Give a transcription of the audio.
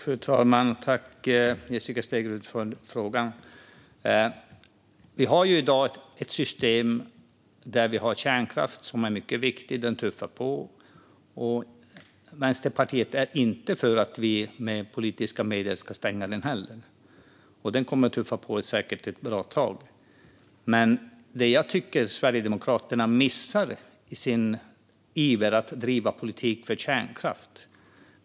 Fru talman! Jag tackar Jessica Stegrud för frågorna. Vi har i dag ett system där kärnkraft är en mycket viktig del. Den tuffar på, och Vänsterpartiet är inte för att med politiska medel stänga den. Den kommer säkert att tuffa på ett bra tag. Men jag tycker att Sverigedemokraterna missar något i sin iver att bedriva politik för kärnkraft.